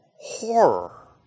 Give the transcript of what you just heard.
horror